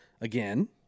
again